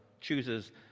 chooses